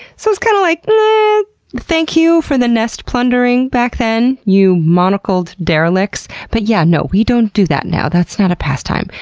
so it's kind of like, ehhhh thank you for nest plundering back then, you monocled derelicts, but yeah, no, we don't do that now. that's not a pastime.